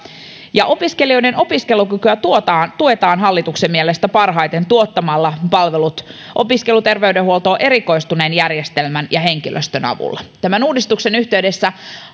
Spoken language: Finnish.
opiskelijoiden opiskelukykyä tuetaan tuetaan hallituksen mielestä parhaiten tuottamalla palvelut opiskeluterveydenhuoltoon erikoistuneen järjestelmän ja henkilöstön avulla tämän uudistuksen yhteydessä